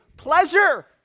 Pleasure